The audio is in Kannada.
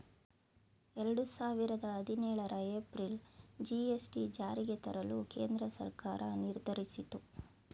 ಎರಡು ಸಾವಿರದ ಹದಿನೇಳರ ಏಪ್ರಿಲ್ ಜಿ.ಎಸ್.ಟಿ ಜಾರಿಗೆ ತರಲು ಕೇಂದ್ರ ಸರ್ಕಾರ ನಿರ್ಧರಿಸಿತು